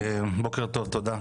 בוקר טוב, תודה.